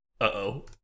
Uh-oh